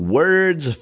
words